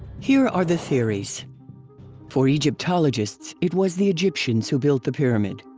here are the theories for egyptologists it was the egyptians who built the pyramid,